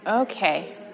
Okay